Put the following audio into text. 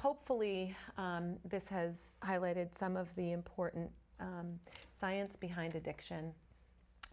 hopefully this has highlighted some of the important science behind addiction